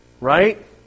right